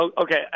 Okay